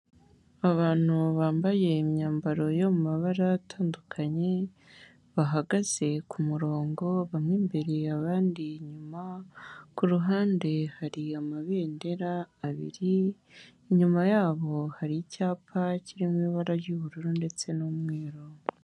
Abantu bambaye imyambaro yo mu mabara atandukanye bahagaze ku murongo, bamwe imbere abandi inyuma, ku ruhande hari amabendera abiri, inyuma yabo hari icyapa kirimo ibara ry'ubururu ndetse n'umweru.